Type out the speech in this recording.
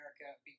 America